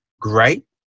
great